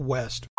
West